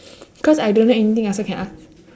cause I don't know everything I also can ask